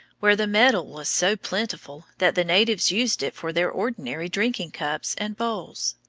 where the metal was so plentiful that the natives used it for their ordinary drinking cups and bowls.